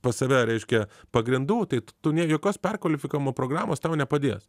pas save reiškia pagrindų tai tu ne jokios perkvalifikavimo programos tau nepadės